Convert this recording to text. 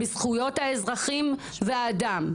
בזכויות האזרחים והאדם,